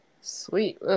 Sweet